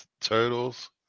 Turtles